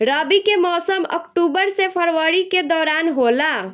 रबी के मौसम अक्टूबर से फरवरी के दौरान होला